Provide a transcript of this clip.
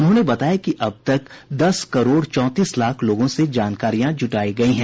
उन्होंने बताया कि अब तक दस करोड़ चौंतीस लाख लोगों से जानकारियां जुटायी गयी हैं